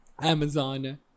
Amazon